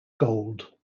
gold